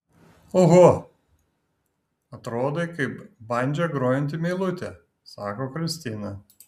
oho atrodai kaip bandža grojanti meilutė sako kristina